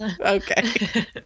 okay